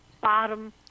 bottom